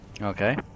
Okay